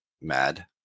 mad